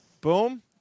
boom